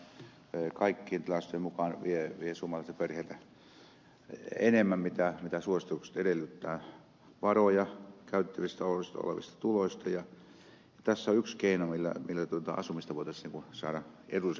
se nimittäin kaikkien tilastojen mukaan vie suomalaisilta perheiltä enemmän mitä suositukset edellyttävät varoja käytettävissä olevista tuloista ja tässä on yksi keino millä asumista voitaisiin saada edullisempaan suuntaan